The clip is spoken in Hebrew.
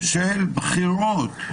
של בחירות.